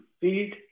feed